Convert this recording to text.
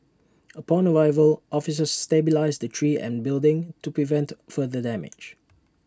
upon arrival officers stabilised the tree and building to prevent further damage